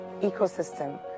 ecosystem